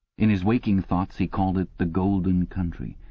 in his waking thoughts he called it the golden country.